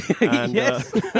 Yes